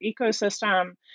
ecosystem